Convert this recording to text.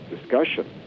discussion